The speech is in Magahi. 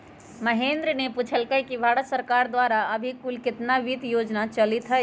महेंद्र ने पूछल कई कि भारत सरकार द्वारा अभी कुल कितना वित्त योजना चलीत हई?